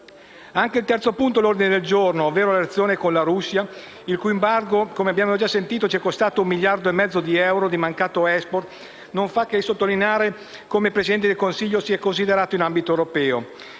Anche il terzo punto all'ordine del giorno, ovvero le relazioni con la Russia, il cui embargo - come abbiamo sentito - ci è costato 1,5 miliardi di euro di mancato *export*, non fa che sottolineare come il Presidente del Consiglio sia considerato in ambito europeo.